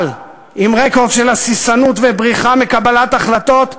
אבל עם רקורד של הססנות ובריחה מקבלת החלטות,